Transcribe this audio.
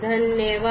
धन्यवाद